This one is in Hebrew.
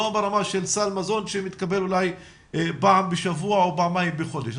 לא ברמה של סל מזון שמתקבל אולי פעם בשבוע או פעם בחודש.